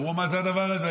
והם אמרו: מה זה הדבר הזה?